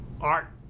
Art